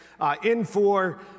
Infor